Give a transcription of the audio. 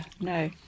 No